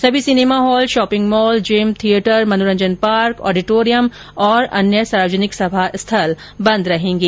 सभी cinema hall shopping mall gym theatre मनोरंजन park auditorium और अन्य सार्वजनिक सभा स्थल बंद रहेंगे